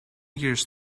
years